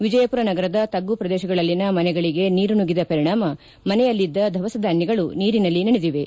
ವಿಜಯಪುರ ನಗರದ ತಗ್ಗು ಪ್ರದೇಶಗಳಲ್ಲಿನ ಮನೆಗಳಿಗೆ ನೀರು ನುಗ್ಗಿದ ಪರಿಣಾಮವಾಗಿ ಮನೆಯಲ್ಲಿದ್ದ ದವಸಧಾನ್ಯಗಳು ನೀರಿನಲ್ಲಿ ನೆನೆದಿವೆ